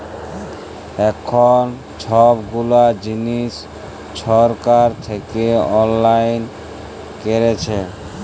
এখল ছব গুলা জিলিস ছরকার থ্যাইকে অললাইল ক্যইরেছে